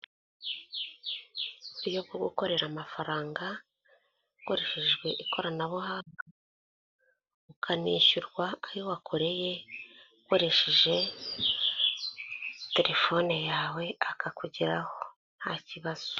Uburyo bwo gukorera amafaranga hakoreshejwe ikoranabuhanga, ukanishyurwa ayo ukoresheje telefone yawe akakugeraho nta kibazo.